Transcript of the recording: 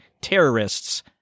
terrorists